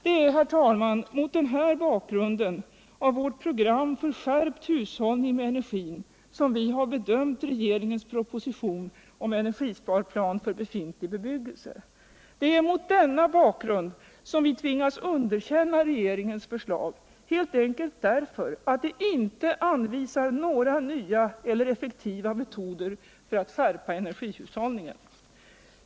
Det är, herr talman, mot bakgrunden av detta vårt program för skärpt hushållning med energin som vi har bedömt regeringens proposition Encergisparplan för befintlig bebyggelse. Det är mot denna bakgrund som vi tvingas underkänna regeringens förslag, helt enkelt därför att förstaget inte anvisar några nya eller effektiva metoder för att skärpa energihushållningen.